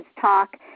talk